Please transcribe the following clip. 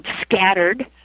scattered